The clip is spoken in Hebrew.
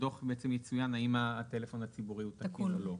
בדו"ח יהיה בעצם מצויין האם הטלפון הציבורי הוא תקין או לא.